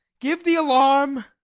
give the alarm.